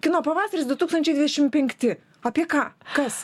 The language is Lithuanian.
kino pavasaris du tūkstančiai dvidešim penkti apie ką kas